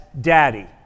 daddy